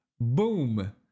Boom